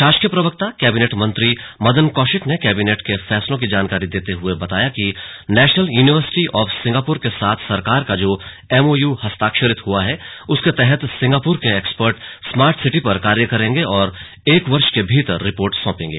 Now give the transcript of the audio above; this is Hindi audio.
शासकीय प्रवक्ता कैबिनेट मंत्री मदन कौशिक ने कैबिनेट के फैसलों की जानकारी देते हुए बताया कि नेशनल यूनिवर्सिटी ऑफ सिंगापुर के साथ सरकार का जो एमओयू हस्ताक्षरित हुआ है उसके तहत सिंगापूर के एक्सपर्ट स्मार्ट सिटी पर कार्य करेंगे और एक वर्ष के भीतर रिपोर्ट सौंपेंगे